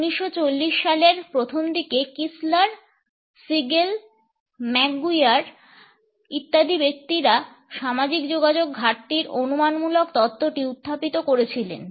1940 সালের প্রথম দিকে কিসলার সিগেল এবং ম্যাকগুইয়ার ইত্যাদি ব্যক্তিরা সামাজিক যোগাযোগ ঘাটতির অনুমানমূলক তত্ত্বটি উত্থাপিত করেছিলেন